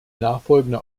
nachfolgende